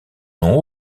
nom